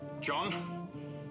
John